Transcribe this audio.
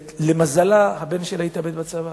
שלמזלה הבן שלה התאבד בצבא.